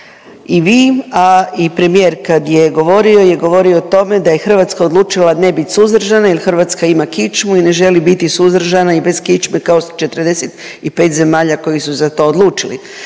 i vi, a i premijer kad je govorio je govorio o tome da je Hrvatska odlučila ne bit suzdržana jer Hrvatska ima kičmu i ne želi biti suzdržana i bez kičme kao 45 zemalja koji su za to odlučili.